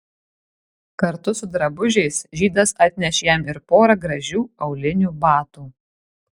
kartu su drabužiais žydas atnešė jam ir porą gražių aulinių batų